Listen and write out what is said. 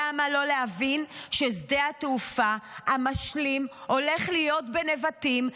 למה לא להבין ששדה התעופה המשלים הולך להיות בנבטים?